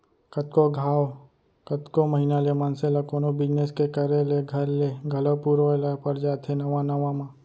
कतको घांव, कतको महिना ले मनसे ल कोनो बिजनेस के करे ले घर ले घलौ पुरोय ल पर जाथे नवा नवा म